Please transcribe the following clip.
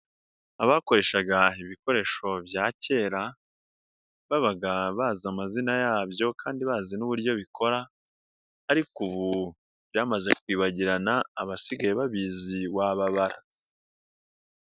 Abakoreshaga ibikoresho bya kera, babaga bazi amazina yabyo kandi bazi n'uburyo bikora, ariko ubu byamaze kwibagirana abasigaye babizi wababara.